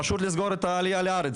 פשוט לסגור את העלייה לארץ,